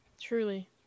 truly